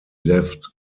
left